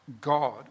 God